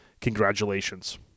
Congratulations